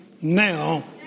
now